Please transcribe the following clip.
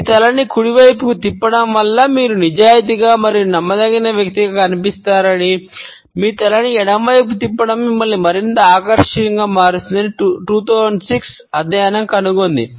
మీ తలని కుడి వైపుకు తిప్పడం వలన మీరు నిజాయితీగా మరియు నమ్మదగినదిగా కనిపిస్తారని మరియు మీ తలని ఎడమ వైపుకు తిప్పడం మిమ్మల్ని మరింత ఆకర్షణీయంగా మారుస్తుందని 2006 అధ్యయనం కనుగొంది